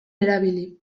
erabili